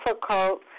difficult